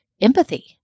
empathy